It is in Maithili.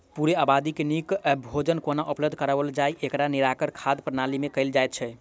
पूरे आबादी के नीक भोजन कोना उपलब्ध कराओल जाय, एकर निराकरण खाद्य प्रणाली मे कयल जाइत छै